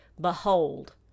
Behold